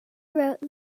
wrote